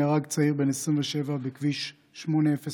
נהרג צעיר בן 27 בכביש 804,